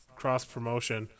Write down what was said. cross-promotion